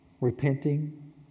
repenting